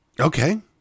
Okay